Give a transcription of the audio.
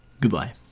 Goodbye